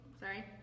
Sorry